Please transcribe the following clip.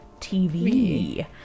TV